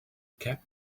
cap